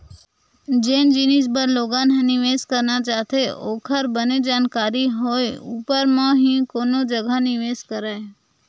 जेन जिनिस बर लोगन ह निवेस करना चाहथे ओखर बने जानकारी होय ऊपर म ही कोनो जघा निवेस करय